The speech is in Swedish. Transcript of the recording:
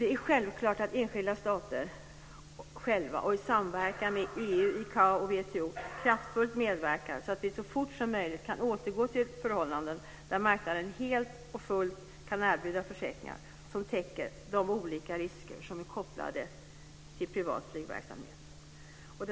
Det är självklart att enskilda stater själva och i samverkan inom EU, ICAO och WTO kraftfullt ska medverka till att vi så fort som möjligt kan återgå till förhållanden där marknaden helt och fullt kan erbjuda försäkringar som täcker de olika risker som är kopplade till privat flygverksamhet.